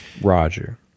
Roger